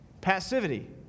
Passivity